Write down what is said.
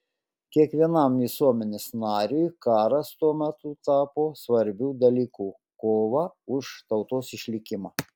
kiekvienam visuomenės nariui karas tuomet tapo svarbiu dalyku kova už tautos išlikimą